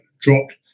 dropped